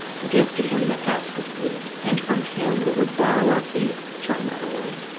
give to him that asketh thee, and from him that would borrow of thee turn not away.